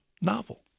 novel